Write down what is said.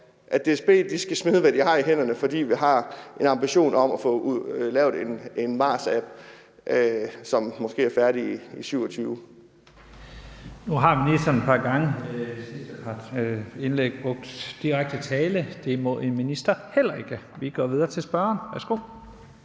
at DSB skal smide, hvad de har i hænderne, fordi vi har en ambition om at få lavet en MaaS-app, som måske er færdig i 2027. Kl. 14:28 Første næstformand (Leif Lahn Jensen): Nu har ministeren et par gange i sit indlæg brugt direkte tiltale, og det må en minister heller ikke. Vi går videre til spørgeren. Værsgo.